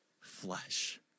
flesh